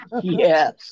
yes